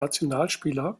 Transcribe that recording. nationalspieler